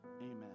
Amen